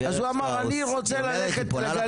אז הוא אמר,